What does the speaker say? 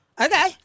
Okay